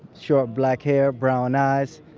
short black hair, brown eyes.